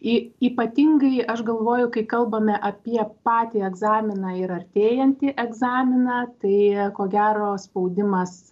į ypatingąi aš galvoju kai kalbame apie patį egzaminą ir artėjantį egzaminą tai ko gero spaudimas